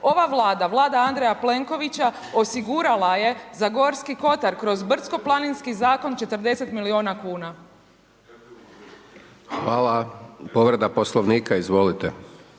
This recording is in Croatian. Ova Vlada, Vlada Andreja Plenkovića, osigurala je za Gorski Kotar kroz brdsko-planinski Zakon, 40 milijuna kuna. **Hajdaš Dončić, Siniša